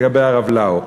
לגבי הרב לאו.